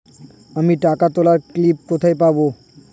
আমি টাকা তোলার স্লিপ কোথায় পাবো?